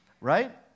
right